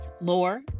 Lore